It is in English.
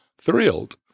thrilled